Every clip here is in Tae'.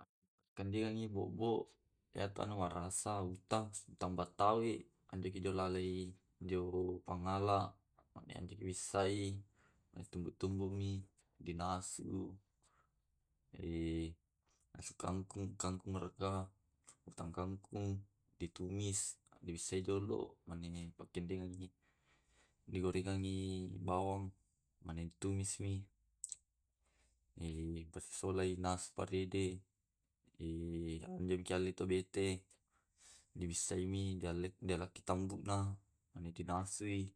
Akelepaskangkeangi bo'bo iyata warasa utang utangmba taui, anjekolo lalei injo pangala. Mani ande ku dibissai na tumbuk-tumbukmi, dinasu, nasu kangkung kangkung araga utang kangkung. Ditumis dibissai dolo, mane di pakedde. Digorengangi bawang mane ditumis mi i pasisolai nasu parede. Eh Injalo bete-bete dibissaimi, dialai mi dialakai tambunna dinasui,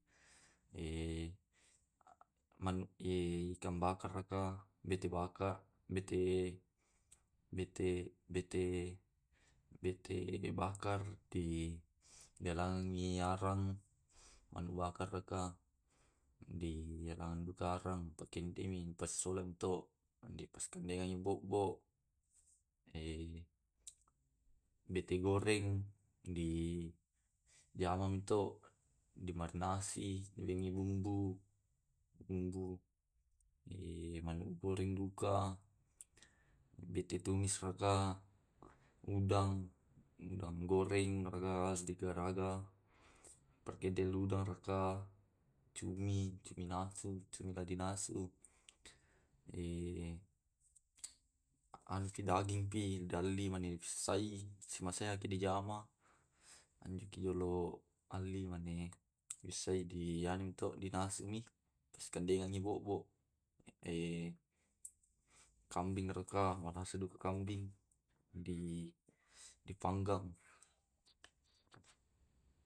eh eh eh eh ikan bakar raka. Bete baka bete bete bete dibakar dialangi arang na di bakar raka, dilandukareng dipakendemi to suleng mi to, dipastulengmi bo'bo. Bete goreng di diamaninto, dimarinasi, di eki bumbu, bumbu manu goreng duka, bete tumis raka, udang udang goreng raka di garaga, perkedel udang raka. Cumi, cumi na nasu cumina di nasu. Eh anupi dagingpi dialli mani dibissai, semaseangki dijama eyeki eolo animane dibissai to dinasumi to sigandenganki bo'bo. Eh, kambing raka marasa duka kambing di eh dipanggang.